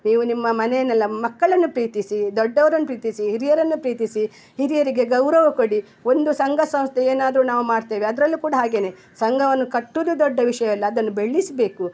ನೀವು ನಿಮ್ಮ ಮನೆನೆಲ್ಲ ಮಕ್ಕಳನ್ನು ಪ್ರೀತಿಸಿ ದೊಡ್ಡವರನ್ನ ಪ್ರೀತಿಸಿ ಹಿರಿಯರನ್ನ ಪ್ರೀತಿಸಿ ಹಿರಿಯರಿಗೆ ಗೌರವ ಕೊಡಿ ಒಂದು ಸಂಘ ಸಂಸ್ಥೆ ಏನಾದ್ರೂ ನಾವು ಮಾಡ್ತೇವೆ ಅದ್ರಲ್ಲೂ ಕೂಡ ಹಾಗೆಯೇ ಸಂಘವನ್ನು ಕಟ್ಟೋದು ದೊಡ್ಡ ವಿಷಯವಲ್ಲ ಅದನ್ನು ಬೆಳೆಸ್ಬೇಕು